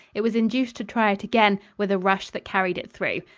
it was induced to try it again, with a rush that carried it through.